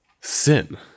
sin